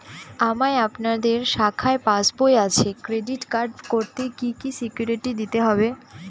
আমার আপনাদের শাখায় পাসবই আছে ক্রেডিট কার্ড করতে কি কি সিকিউরিটি দিতে হবে?